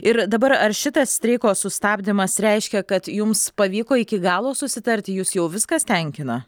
ir dabar ar šitas streiko sustabdymas reiškia kad jums pavyko iki galo susitarti jus jau viskas tenkina